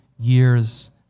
years